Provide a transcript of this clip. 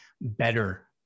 better